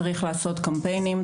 צריך לעשות קמפיינים,